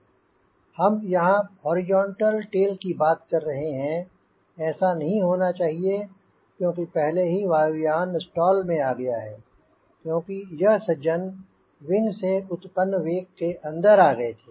हम यहाँ horizontal tail की बात कर रहे हैं ऐसा नहीं होना चाहिए क्योंकि पहले ही वायुयान स्टॉल में आ गया है क्योंकि यह सज्जन विंग से उत्पन्न वेक के अंदर आ गए थे